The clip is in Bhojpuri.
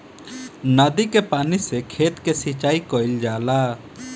नदी के पानी से खेत के सिंचाई कईल जाला